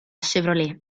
chevrolet